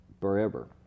forever